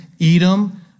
Edom